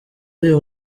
uyu